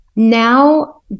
Now